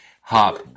hop